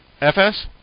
FS